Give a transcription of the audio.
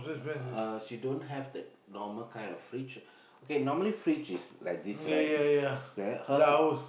uh she don't have that normal kind of fridge okay normally fridge is like this right square her